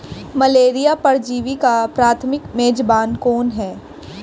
Malaria परजीवी का प्राथमिक मेजबान कौन है?